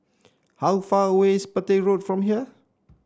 how far away is Petir Road from here